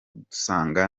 dusanga